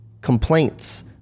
complaints